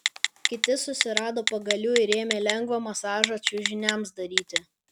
kiti susirado pagalių ir ėmė lengvą masažą čiužiniams daryti